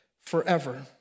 Forever